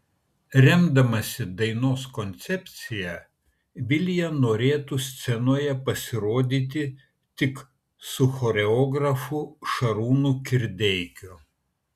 remdamasi dainos koncepcija vilija norėtų scenoje pasirodyti tik su choreografu šarūnu kirdeikiu